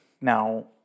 Now